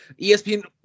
ESPN